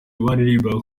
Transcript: baririmbaga